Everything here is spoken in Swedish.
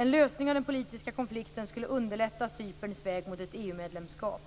En lösning av den politiska konflikten skulle underlätta Cyperns väg mot ett EU-medlemskap.